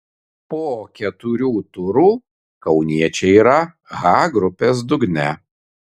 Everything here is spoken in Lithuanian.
po keturių turų kauniečiai yra h grupės dugne